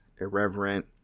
irreverent